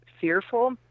fearful